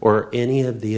or any of the